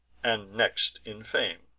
and next in fame,